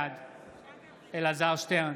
בעד אלעזר שטרן,